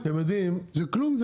זה כלום,